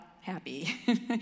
Happy